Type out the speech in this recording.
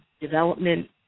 development